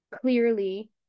clearly